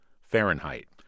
Fahrenheit